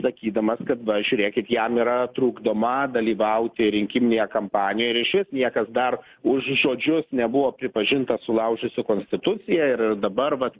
sakydamas kad va žiūrėkit jam yra trukdoma dalyvauti rinkiminėje kampanijoj ir išvis niekas dar už žodžius nebuvo pripažintas sulaužiusiu konstituciją ir dabar vat